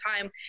time